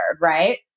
right